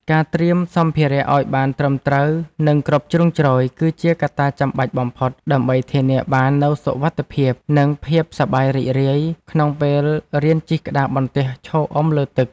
ការត្រៀមសម្ភារៈឱ្យបានត្រឹមត្រូវ និងគ្រប់ជ្រុងជ្រោយ គឺជាកត្តាចាំបាច់បំផុតដើម្បីធានាបាននូវសុវត្ថិភាព និងភាពសប្បាយរីករាយក្នុងពេលរៀនជិះក្តារបន្ទះឈរអុំលើទឹក។